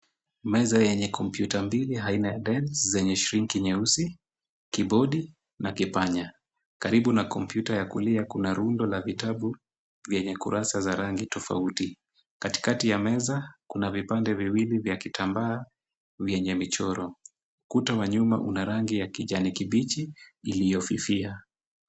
Meza yenye kompyuta mbili aina ya Dell zenye skrini nyeusi, kibodi na kipanya. Karibu na kompyuta ya kulia kuna rundo la vitabu lenye kurasa za rangi tofauti. Kati kati ya meza kuna vipande viwili vya vitambaa vyenye michoro. Kuta za nyuma zina rangi ya kijani kibichi iliyofifia.